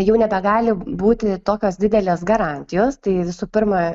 jau nebegali būti tokios didelės garantijos tai visų pirma